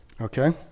okay